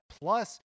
plus